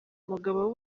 umugabo